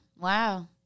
Wow